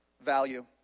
value